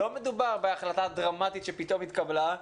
לא מדובר בהחלטה דרמטית שפתאום התקבלה,